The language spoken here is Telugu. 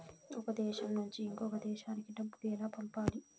ఒక దేశం నుంచి ఇంకొక దేశానికి డబ్బులు ఎలా పంపాలి?